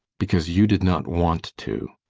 because you did not want to.